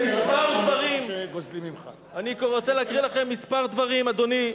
כמה דברים, אדוני.